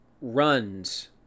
runs